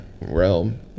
realm